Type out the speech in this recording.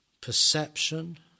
perception